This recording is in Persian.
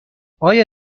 آیا